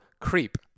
creep